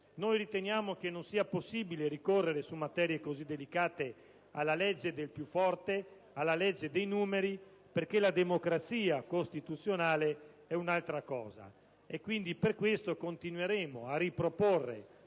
Noi riteniamo che non sia possibile ricorrere, su materie così delicate, alla legge del più forte e alla legge dei numeri, perché la democrazia costituzionale è un'altra cosa. Quindi, per questo motivo noi continueremo a riproporre,